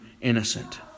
innocent